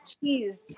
cheese